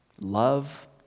love